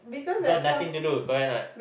because nothing to do correct or not